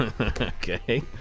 Okay